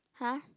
!huh!